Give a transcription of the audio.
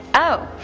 oh,